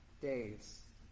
days